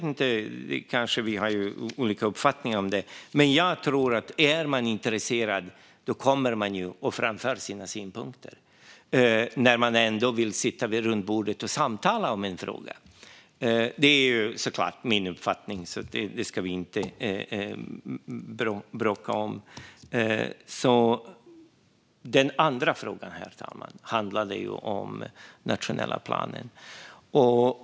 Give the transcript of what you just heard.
Vi kanske har olika uppfattningar om det, men jag tror att om man är intresserad kommer man och framför sina synpunkter om man ändå vill sitta vid runda bordet och samtala om en fråga. Men det är såklart min uppfattning, så det ska vi inte bråka om. Den andra frågan, herr talman, handlade om den nationella planen.